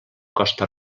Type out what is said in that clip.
costa